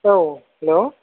औ हेल'